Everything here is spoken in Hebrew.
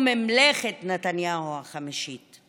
או ממלכת נתניהו החמישית.